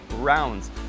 rounds